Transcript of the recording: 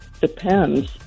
depends